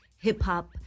hip-hop